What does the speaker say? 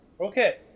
Okay